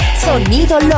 Sonido